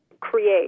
create